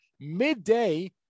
midday